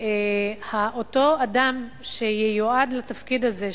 ואותו אדם שייועד לתפקיד הזה,